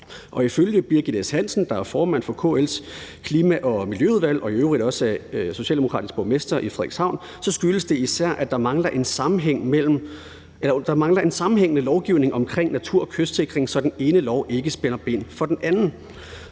og ifølge Birgit S. Hansen, der er formand for KL's Klima- og Miljøudvalg og i øvrigt også er socialdemokratisk borgmester i Frederikshavn, skyldes det især, at der mangler en sammenhængende lovgivning omkring natur- og kystsikring, så den ene lov ikke spænder ben for den anden.